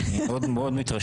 אני מאוד מתרשם.